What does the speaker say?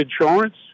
insurance